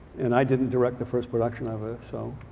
and i didn't direct the first production of it, so.